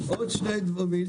עוד שני דברים.